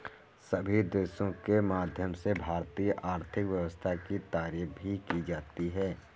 सभी देशों के माध्यम से भारतीय आर्थिक व्यवस्था की तारीफ भी की जाती है